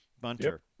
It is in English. Bunter